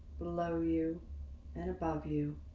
below you and above you